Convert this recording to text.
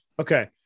okay